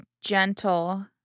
gentle